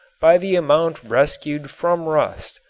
by the amount rescued from rust.